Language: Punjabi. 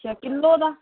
ਅੱਛਾ ਕਿਲੋ ਦਾ